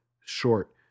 short